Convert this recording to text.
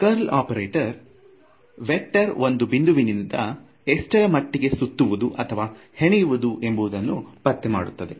curl operator vector ಒಂದು ಬಿಂದುವಿನಿಂದ ಎಷ್ಟರಮಟ್ಟಿಗೆ ಸುತ್ತುವುದು ಅಥವಾ ಹೆಣೆಯುವುದು ಎಂಬುದನ್ನು ಪತ್ತೆ ಮಾಡುತ್ತದೆ